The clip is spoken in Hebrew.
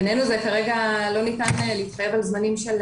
בעינינו כרגע לא ניתן להתחייב על זמנים של